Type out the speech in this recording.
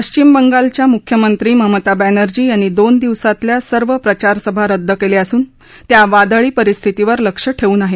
पश्चिम बंगालच्या मुख्यमंत्री ममता बॅनर्जी यांनी दोन दिवसातल्या सर्व प्रचारसभा रद्द केल्या असून त्या वादळी परिस्थितीवर लक्ष ठेवून आहेत